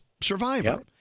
Survivor